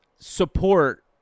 Support